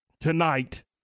tonight